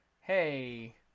hey